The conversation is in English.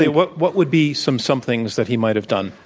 what what would be some somethings that he might have done?